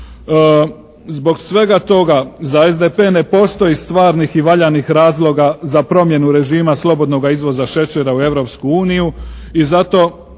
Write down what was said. Zbog svega toga, za SDP ne postoji stvarnih i valjanih razloga za promjenu režima slobodnoga izvoza šećera u Europsku